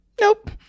Nope